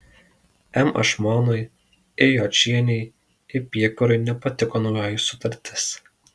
m ašmonui i jočienei i piekurui nepatiko naujoji sutartis